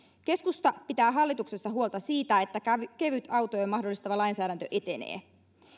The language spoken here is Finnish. keskusta pitää hallituksessa huolta siitä että kevytautoja mahdollistava lainsäädäntö etenee